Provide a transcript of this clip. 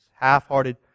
half-hearted